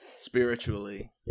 spiritually